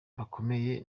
bakomeye